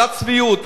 יש גבול לצביעות.